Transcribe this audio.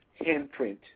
handprint